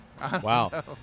Wow